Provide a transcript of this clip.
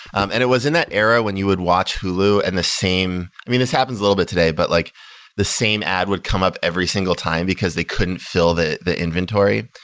um and it was in that era when you would watch hulu and the same i mean, this happens a little bit today, but like the same ad would come up every single time because they couldn't fill the the inventory.